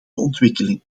ontwikkeling